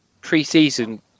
preseason